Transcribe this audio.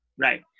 Right